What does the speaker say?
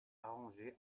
arrangé